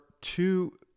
two